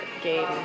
game